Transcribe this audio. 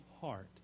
heart